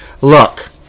Look